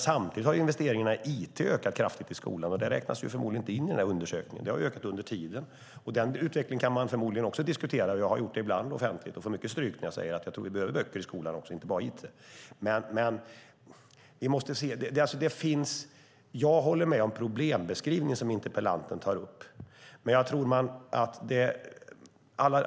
Samtidigt har investeringarna i it ökat kraftigt i skolan, och det räknas förmodligen inte in i den undersökningen. De har ökat under tiden, och den utvecklingen kan man förmodligen också diskutera. Jag har gjort det offentligt ibland och fått mycket stryk när jag säger att jag tror att vi också behöver böcker i skolan och inte bara it. Jag håller med om den problembeskrivning som interpellanten tar upp.